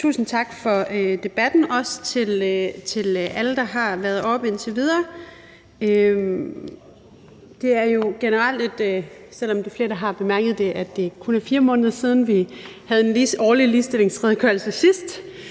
Tusind tak for debatten, også til alle, der har været heroppe indtil videre. Som flere har bemærket, er det kun 4 måneder siden, vi havde den årlige ligestillingsredegørelse sidst,